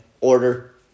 order